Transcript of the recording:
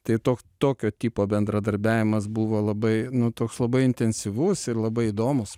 tai tok tokio tipo bendradarbiavimas buvo labai nu toks labai intensyvus ir labai įdomus